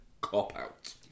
cop-out